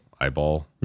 eyeball